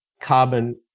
carbon